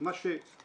מה ש --- אגב,